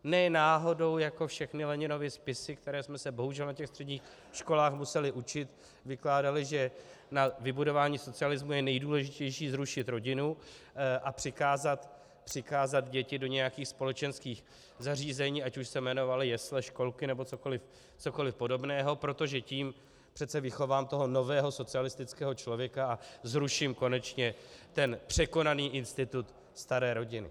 Ne náhodou jako všechny Leninovy spisy, které jsme se bohužel na středních školách museli učit, vykládaly, že na vybudování socialismu je nejdůležitější zrušit rodinu a přikázat děti do nějakých společenských zařízení, ať už se jmenovaly jesle, školky nebo cokoli podobného, protože tím přece vychovám toho nového socialistického člověka a zruším konečně ten překonaný institut staré rodiny.